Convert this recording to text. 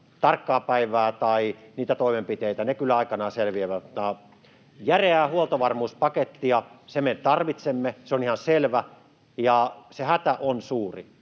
tarkkaa päivää tai niitä toimenpiteitä. Ne kyllä aikanaan selviävät. Järeän huoltovarmuuspaketin me tarvitsemme, se on ihan selvä, ja se hätä on suuri.